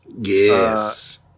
Yes